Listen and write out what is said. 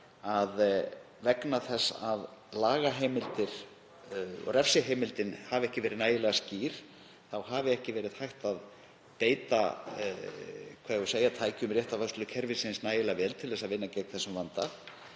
að vegna þess að lagaheimildin og refsiheimildin hafi ekki verið nægilega skýr þá hafi ekki verið hægt að beita tækjum réttarvörslukerfisins nægilega vel til að vinna á þeim vanda.